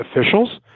officials